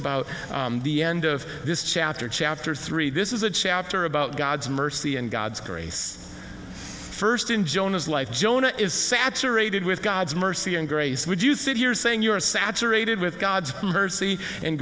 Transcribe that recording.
about the end of this chapter chapter three this is a chapter about god's mercy and god's grace first in jonah's life jonah is saturated with god's mercy and grace would you sit here saying you're saturated with god's mercy and